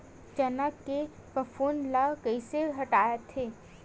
चना के फफूंद ल कइसे हटाथे?